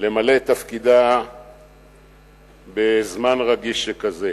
למלא את תפקידה בזמן רגיש שכזה.